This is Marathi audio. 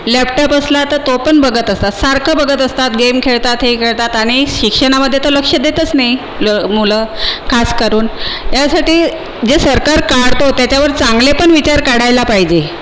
लॅपटॉप असला तर तो पण बघत असतात सारखं बघत असतात गेम खेळतात हे खेळतात आणि शिक्षणामध्ये तर लक्ष देतच नाही ल मुलं खास करून यासाठी जे सरकार काढतो त्याच्यावर चांगले पण विचार काढायला पाहिजे